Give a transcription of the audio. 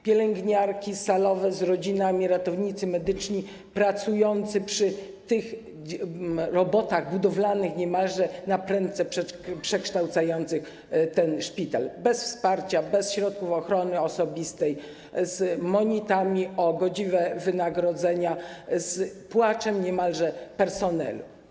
Pielęgniarki, salowe z rodzinami, ratownicy medyczni pracowali przy tych robotach, budowlanych niemalże, naprędce przekształcających ten szpital - bez wsparcia, bez środków ochrony osobistej, z monitami o godziwe wynagrodzenia, niemalże z płaczem personelu.